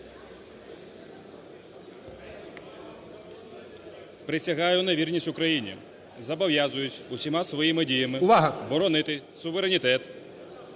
Присягаю на вірність Україні зобов'язуюсь усіма своїми діями боронити… ГОЛОВУЮЧИЙ.